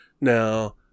now